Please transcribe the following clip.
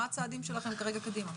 מה הצעדים שלכם כרגע קדימה?